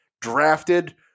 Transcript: drafted